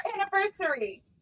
anniversary